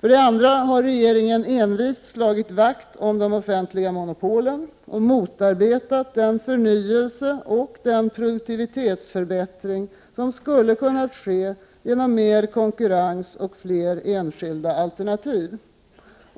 För det andra har regeringen envist slagit vakt om de offentliga monopolen och motarbetat den förnyelse och den produktivitetsförbättring som skulle ha kunnat ske genom mer konkurrens och fler enskilda alternativ.